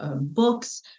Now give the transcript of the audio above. books